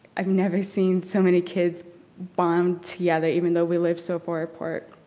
i've never seen so many kids bond together even though we live so far apart.